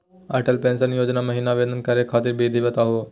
Atal pension योजना महिना आवेदन करै खातिर विधि बताहु हो?